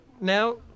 now